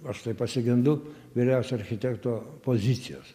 aš tai pasigendu vyriausio architekto pozicijos